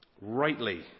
rightly